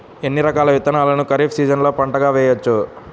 ఎన్ని రకాల విత్తనాలను ఖరీఫ్ సీజన్లో పంటగా వేయచ్చు?